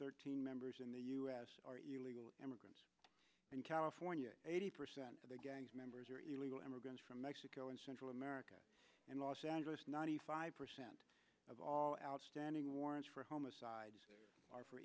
thirteen members in the u s are immigrants in california eighty percent of the gang members are illegal immigrants from mexico and central america and los angeles ninety five percent of all outstanding warrants for homicides are for